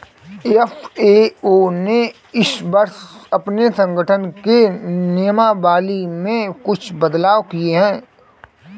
FAO ने इस वर्ष अपने संगठन के नियमावली में कुछ बदलाव किए हैं